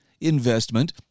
investment